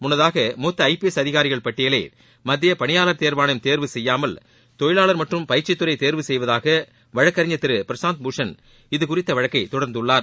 முன்னதாக மூத்த I P S அதிகாரிகளின் பட்டியலை மத்திய பணியாளர் தேர்வாணையம் தேர்வு செய்யாமல் தொழிவாளர் மற்றும் பயிற்சித்துறை தேர்வு செய்வதாக வழக்கறிஞர் திரு பிரசாந்த் பூஷண் இதுகுறித்த வழக்கை தொடர்ந்துள்ளார்